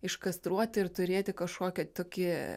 iškastruoti ir turėti kažkokį tokį